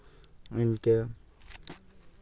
ᱤᱱᱠᱟᱹ